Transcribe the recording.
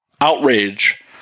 outrage